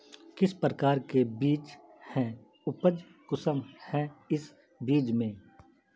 किस प्रकार के बीज है उपज कुंसम है इस बीज में?